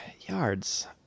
Yards